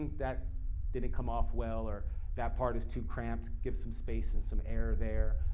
that didn't come off well, or that part is too cramped. get some space, and some air there.